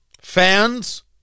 fans